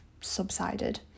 subsided